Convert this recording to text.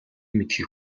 мэдэхийг